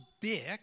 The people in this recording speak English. big